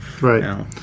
Right